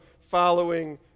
following